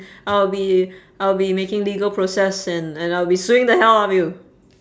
I'll be I'll be making legal process and and I'll be suing the hell out of you